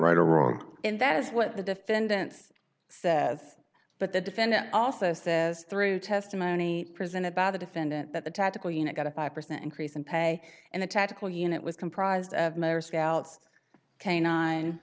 right or wrong and that is what the defendant says but the defendant also says through testimony presented by the defendant that the tactical unit got a five percent increase in pay and the tactical unit was comprised of mayor scouts k nine